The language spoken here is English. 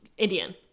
Indian